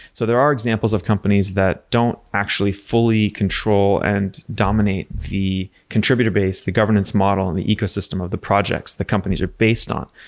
so there are examples of companies that don't actually fully control and dominate the contributor base, the governance model and the ecosystem of the projects the are based on.